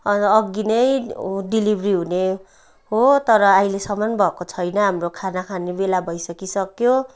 अन्त अघि नै उ डेलिभरी हुने हो तर अहिलेसम्म भएको छैन हाम्रो खाना खाने बेला भइसकिसक्यो